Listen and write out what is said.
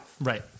Right